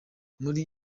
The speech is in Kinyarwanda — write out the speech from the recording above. muri